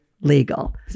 legal